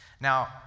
Now